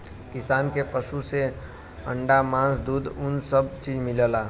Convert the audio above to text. किसान के पसु से अंडा मास दूध उन सब चीज मिलला